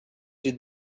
did